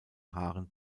haaren